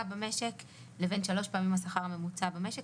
במשק לשלוש פעמים השכר הממוצע במשק,